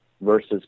versus